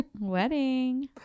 Wedding